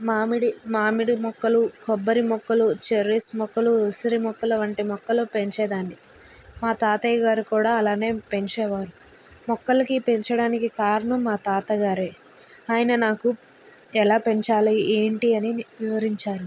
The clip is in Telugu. మామిడి మామిడి మొక్కలు కొబ్బరి మొక్కలు చెర్రీస్ మొక్కలు ఉసిరి మొక్కలు వంటి మొక్కలు పెంచే దాన్ని మా తాతయ్య గారు కూడా అలానే పెంచేవారు మొక్కలకి పెంచడానికి కారణం మా తాతగారు ఆయన నాకు ఎలా పెంచాలి ఏంటి అని వివరించారు